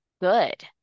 good